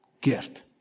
gift